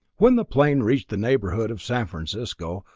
when the plane reached the neighborhood of san francisco,